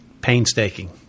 painstaking